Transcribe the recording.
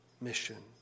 mission